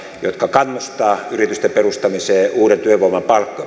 jotka kannustavat yritysten perustamiseen ja uuden työvoiman